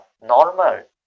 normal